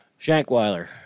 Shankweiler